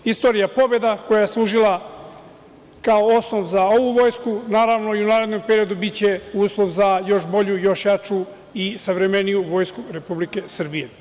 Istorija pobeda, koja je zaslužila kao osnov za ovu vojsku, naravno, i u narednom periodu biće uslov za još bolju, još jaču i savremeniju Vojsku Republike Srbije.